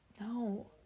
No